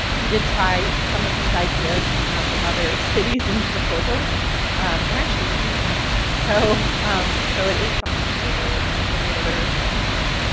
we did try some of these ideas in other cities in proposals and actually even in africa. so um so it is something that we're very interested. the data literacy component,